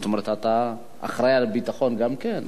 זאת אומרת, אתה אחראי לביטחון גם כן?